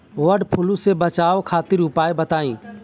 वड फ्लू से बचाव खातिर उपाय बताई?